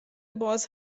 باز